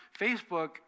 Facebook